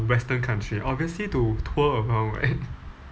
western country obviously to tour around right